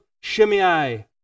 Shimei